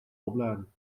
opladen